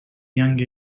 young